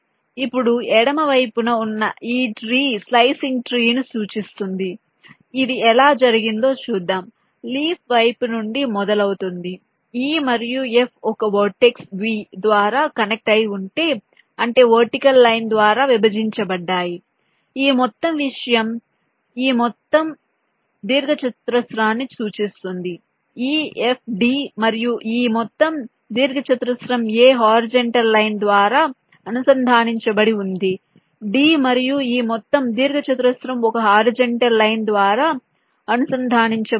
ఇప్పుడు ఎడమ వైపున ఉన్న ఈ ట్రీ స్లైసింగ్ ట్రీ ను సూచిస్తుంది ఇది ఎలా జరిగిందో చూద్దాం లీఫ్ వైపు నుండి మొదలవుతుంది e మరియు f ఒక వర్టెక్స్ V ద్వారా కనెక్ట్ అయ్యి ఉంటే అంటే వర్టికల్ లైన్ ద్వారా విభజించబడ్డాయి ఈ మొత్తం విషయం ఈ మొత్తం దీర్ఘచతురస్రాన్ని సూచిస్తుంది ef d మరియు ఈ మొత్తం దీర్ఘచతురస్రం a హారిజాంటల్ లైన్ ద్వారా అనుసంధానించబడి ఉంది d మరియు ఈ మొత్తం దీర్ఘచతురస్రం ఒక హారిజాంటల్ లైన్ ద్వారా అనుసంధానించబడి ఉంది